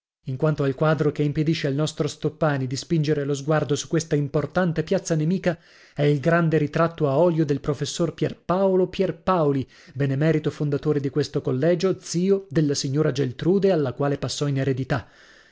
in quanto al quadro che impedisce al nostro stoppani di spingere lo sguardo su questa importante piazza nemica è il grande ritratto a olio del professor pierpaolo pierpaoli benemerito fondatore di questo collegio zio della signora geltrude alla quale passò in eredità